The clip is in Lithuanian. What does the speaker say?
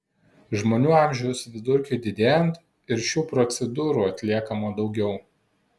žmonių amžiaus vidurkiui didėjant ir šių procedūrų atliekama daugiau